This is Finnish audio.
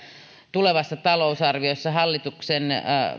tulevassa hallituksen talousarviossa